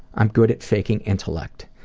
i'm good at faking intellect.